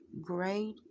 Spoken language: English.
great